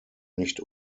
nicht